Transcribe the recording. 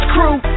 Crew